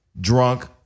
drunk